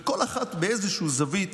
וכל אחד באיזו זווית